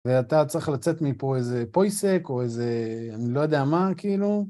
ואתה צריך לצאת מפה איזה "פויסק" או איזה, אני לא יודע מה כאילו.